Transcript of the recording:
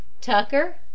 Tucker